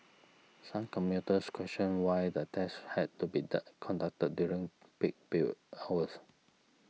some commuters questioned why the tests had to be conducted during peak pill hours